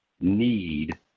need